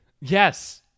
Yes